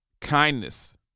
kindness